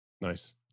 Nice